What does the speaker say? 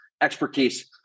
expertise